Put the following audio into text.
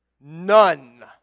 None